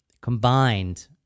combined